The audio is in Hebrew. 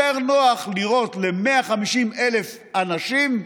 יותר נוח לירות על 150,000 אנשים,